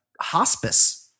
hospice